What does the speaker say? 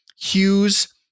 Hughes